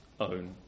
own